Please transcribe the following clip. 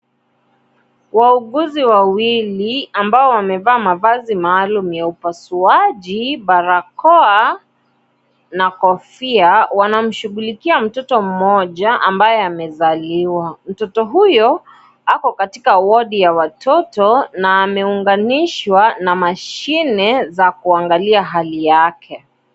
Wauguzi wawili ambao wamevaa mavazi maalum ya upasuaji, barakoa na kofia wanamshughulikia mtoto mmoja ambaye amezaliwa, mtoto huyo ako katika wodi ya watoto na ameunganishwa na mashine za kuangalia hali yake.